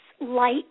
light